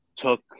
took